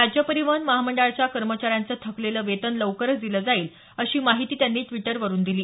राज्य परिवहन महामंडळाच्या कर्मचाऱ्यांचं थकलेलं वेतन लवकरच दिलं जाईल अशी माहिती त्यांनी ट्विटरवरून दिली